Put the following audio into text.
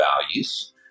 values